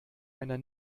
einer